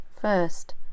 first